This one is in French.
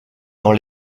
dans